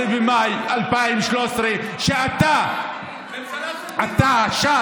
12 במאי 2013, כשאתה, ש"ס,